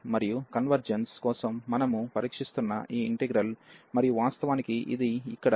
మరియు కన్వెర్జెన్స్ కోసం మనము పరీక్షిస్తున్న ఈ ఇంటిగ్రల్ మరియు వాస్తవానికి ఇది ఇక్కడ ఈ ఫంక్షన్ ఇచ్చిన x రూపంలో ఉంది